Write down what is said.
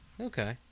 Okay